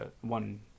one